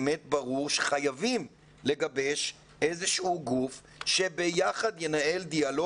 ברגע שיוחלט, אנחנו נוכל להציג את התכנית